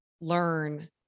learn